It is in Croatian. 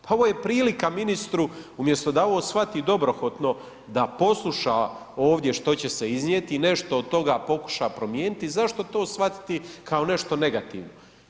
Pa ovo je prilika ministru, umjesto da ovo shvati dobrohotno da posluša ovdje što će se iznijeti i nešto od toga pokuša promijeniti, zašto to shvatiti kao nešto negativno?